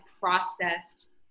processed